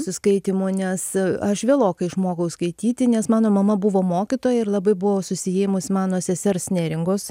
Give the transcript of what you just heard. su skaitymu nes aš vėlokai išmokau skaityti nes mano mama buvo mokytoja ir labai buvo susiėmus mano sesers neringos